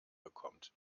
bekommt